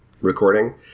recording